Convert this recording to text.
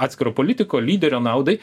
atskiro politiko lyderio naudai